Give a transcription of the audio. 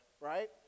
right